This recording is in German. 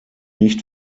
nicht